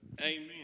amen